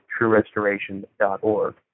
truerestoration.org